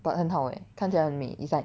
but 很好 eh 看起来很美 it's like